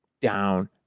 down